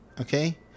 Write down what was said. okay